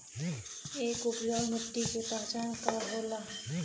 एक उपजाऊ मिट्टी के पहचान का होला?